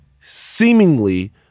seemingly